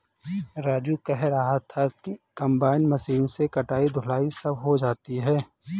राजू कह रहा था कि कंबाइन मशीन से कटाई धुलाई सब हो जाती है